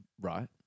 right